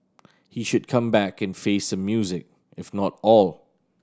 he should come back and face some music if not all